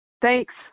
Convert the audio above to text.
Thanks